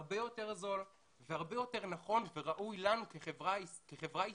הרבה יותר זול והרבה יותר נכון וראוי לנו כחברה ישראלית,